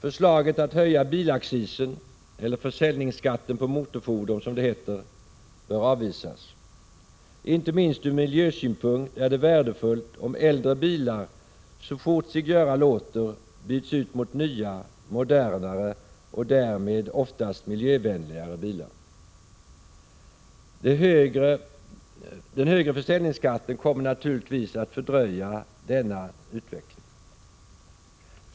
Förslaget att höja bilaccisen, eller försäljningsskatten på motorfordon, som det heter, bör avvisas. Inte minst ur miljösynpunkt är det värdefullt om äldre bilar så fort sig göra låter byts ut mot nya, modernare och därmed oftast miljövänligare bilar. Den högre försäljningsskatten kommer naturligtvis att fördröja denna utveckling.